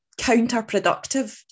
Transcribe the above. counterproductive